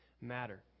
matter